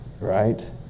Right